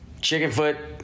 Chickenfoot